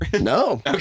No